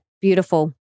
Beautiful